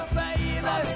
baby